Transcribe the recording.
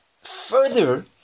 further